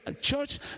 church